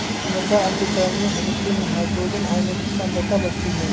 मृदा अम्लीकरण में मिट्टी में हाइड्रोजन आयनों की सांद्रता बढ़ती है